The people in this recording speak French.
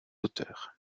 auteurs